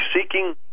seeking